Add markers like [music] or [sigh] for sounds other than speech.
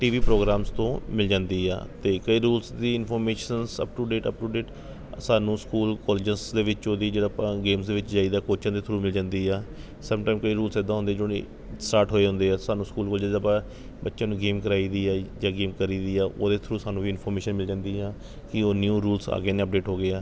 T V programs ਤੋਂ ਮਿਲ ਜਾਂਦੀ ਆ ਅਤੇ ਕਈ ਰੂਲਸ ਦੀ informations up to date up to date ਸਾਨੂੰ ਸਕੂਲ ਕੋਲਜਸ ਦੇ ਵਿੱਚੋਂ ਦੀ ਜਿੱਦਾਂ ਆਪਾਂ ਗੇਮਸ ਦੇ ਵਿੱਚ ਜਾਈ ਦਾ ਕੋਚਾਂ ਦੇ ਥਰੂ ਮਿਲ ਜਾਂਦੀ ਆ ਸਮਟਾਇਮ ਕਈ ਰੂਲਸ ਇੱਦਾਂ ਹੁੰਦੇ [unintelligible] ਸਟਾਟ ਹੋ ਜਾਂਦੇ ਐਹੈ ਸਾਨੂੰ ਸਕੂਲ ਕੋਲਜ ਜਿੱਦਾਂ ਆਪਾਂ ਬੱਚਿਆਂ ਨੂੰ ਗੇਮ ਕਰਾਈ ਦੀ ਹੈ ਜਾਂ ਗੇਮ ਕਰੀ ਦੀ ਆ ਉਹਦੇ ਥਰੂ ਸਾਨੂੰ ਵੀ ਇਨਫਰਮੇਸ਼ਨ ਮਿਲ ਜਾਂਦੀ ਆ ਕਿ ਉਹ ਨਿਯੂ ਰੂਲਸ ਆ ਗਏ ਨੇ ਅੱਪਡੇਟ ਹੋ ਗਏ ਆ